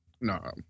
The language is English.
No